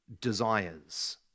desires